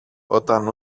όταν